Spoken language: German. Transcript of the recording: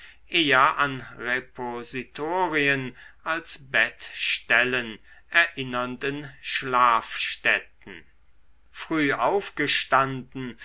eher an repositorien als bettstellen erinnernden schlafstätten früh aufgestanden